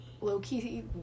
low-key